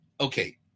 Okay